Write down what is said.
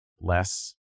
less